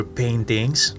paintings